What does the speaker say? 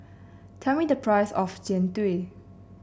tell me the price of Jian Dui